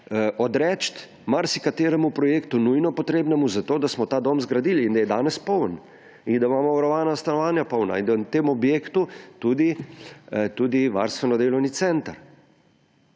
odreči marsikateremu projektu, nujno potrebnemu, zato da smo ta dom zgradili. In je danes poln in imamo varovana stanovanja polna in v tem objektu tudi varstveno-delovni center.